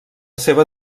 seva